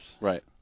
Right